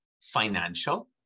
financial